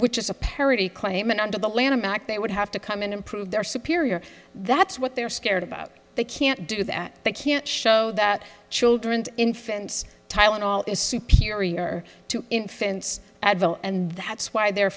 which is a parity claim and under the lanham act they would have to come in and prove their superior that's what they're scared about they can't do that they can't show that children infants tylenol is superior to infants advil and that's why they're